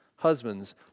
Husbands